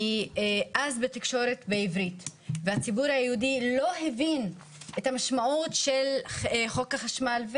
כי אז בתקשורת בעברית והציבור היהודי לא הבין את המשמעות של חוק החשמל.